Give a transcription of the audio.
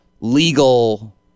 legal